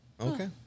Okay